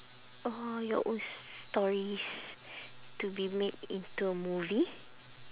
all your old stories to be made into a movie